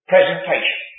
Presentation